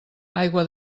aigua